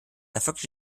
erfolgte